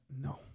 No